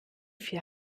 vier